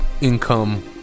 income